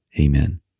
Amen